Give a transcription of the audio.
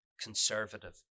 Conservative